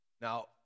Now